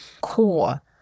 core